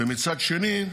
ומצד שני,